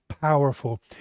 Powerful